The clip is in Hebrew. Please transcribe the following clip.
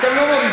אתם לא מורידים.